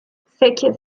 sekiz